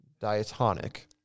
diatonic